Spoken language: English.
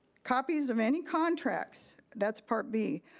copies of any contracts, that's part b,